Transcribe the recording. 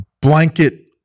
blanket